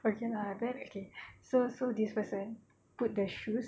okay lah then okay so so this person put the shoes